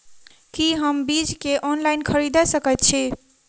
की हम बीज केँ ऑनलाइन खरीदै सकैत छी?